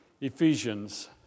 Ephesians